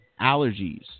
allergies